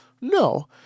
No